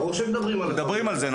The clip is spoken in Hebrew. ברור שמדברים על זה.